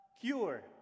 cure